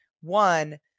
One